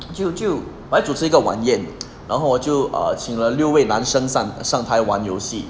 就就我来主持一个晚宴然后我就请了六位男身上上台玩游戏